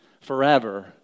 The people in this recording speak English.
forever